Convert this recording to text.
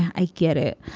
i get it.